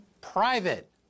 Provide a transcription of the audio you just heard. private